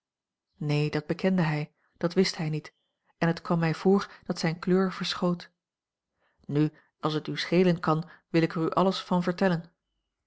neen dat bekende hij dat wist hij niet en het kwam mij voor dat zijne kleur verschoot nu als het u schelen kan wil ik er u alles van vertellen